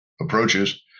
approaches